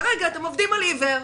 כרגע אתם עובדים על עיוור.